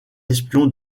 espion